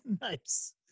Nice